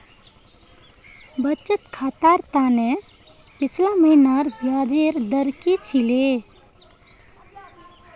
बचत खातर त न पिछला महिनार ब्याजेर दर की छिले